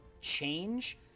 change